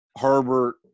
Herbert